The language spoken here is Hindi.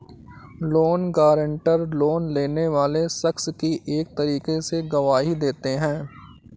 लोन गारंटर, लोन लेने वाले शख्स की एक तरीके से गवाही देते हैं